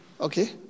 Okay